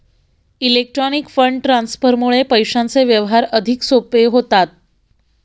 electronic fund ट्रान्सफरमुळे पैशांचे व्यवहार अधिक सोपे होतात